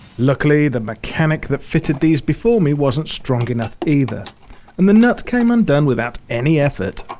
luckily the mechanic that fitted these before me wasn't strong enough either and the nut came undone without any effort.